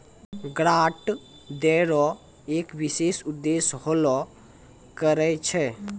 grant दै रो एक विशेष उद्देश्य होलो करै छै